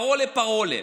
paroles et paroles.